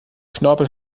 knorpel